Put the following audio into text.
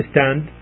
Stand